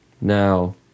Now